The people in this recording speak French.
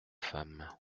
femme